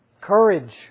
Courage